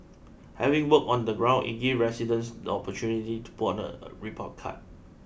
having worked on the ground it gives residents the opportunity to put out a report card